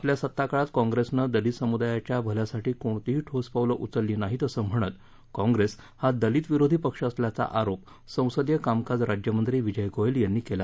आपल्या सत्ताकाळात कॉंप्रेसनं दलित समुदायांच्या भल्यासाठी कोणतीही ठोस पावलं उचलली नाहीत असं म्हणत कॉंप्रेस हा दलित विरोधी पक्ष असल्याचा आरोप संसदीय कामकाज राज्यमंत्री विजय गोयल यांनी केला